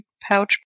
pouch